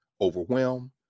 overwhelm